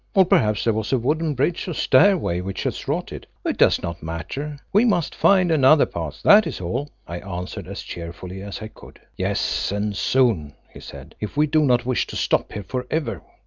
or perhaps there was a wooden bridge or stairway which has rotted. it does not matter. we must find another path, that is all, i answered as cheerfully as i could. yes, and soon, he said, if we do not wish to stop here for ever.